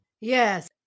Yes